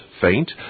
faint